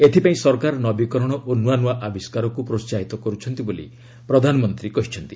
ଏଥିପାଇଁ ସରକାର ନବୀକରଣ ଓ ନୂଆ ନୂଆ ଆବିଷ୍କାରକୁ ପ୍ରୋସାହିତ କରୁଛନ୍ତି ବୋଲି ପ୍ରଧାନମନ୍ତ୍ରୀ କହିଛନ୍ତି